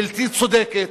בלתי צודקת,